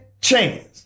chance